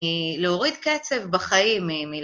להוריד קצב בחיים מ...